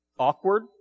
Awkward